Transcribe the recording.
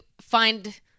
find